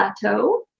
plateau